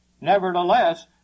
Nevertheless